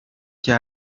cya